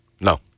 No